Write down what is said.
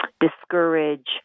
discourage